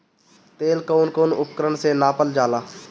तेल कउन कउन उपकरण से नापल जाला?